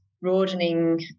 broadening